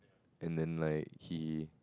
and then like he